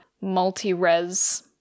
multi-res